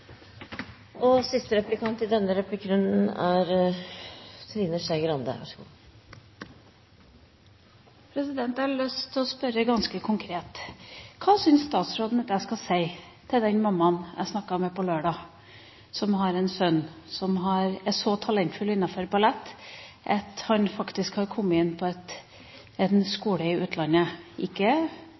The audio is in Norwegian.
Jeg har lyst til å spørre ganske konkret: Hva syns statsråden at jeg skal si til den mammaen jeg snakket med på lørdag, som har en sønn som er så talentfull innenfor ballett at han har kommet inn på en skole i utlandet – ikke